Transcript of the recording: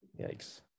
Yikes